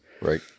Right